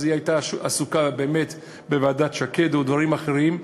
אז היא הייתה עסוקה באמת בוועדת שקד ודברים אחרים,